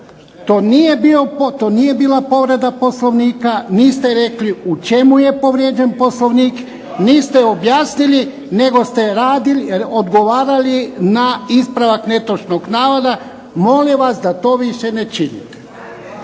to nije bila povreda Poslovnika, niste rekli u čemu je povrijeđen Poslovnik, niste objasnili nego ste odgovarali na ispravak netočnog navoda. Molim vas da to više ne činite.